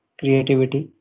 creativity